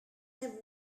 have